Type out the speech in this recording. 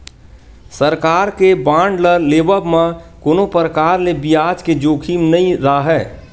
सरकार के बांड ल लेवब म कोनो परकार ले बियाज के जोखिम नइ राहय